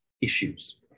issues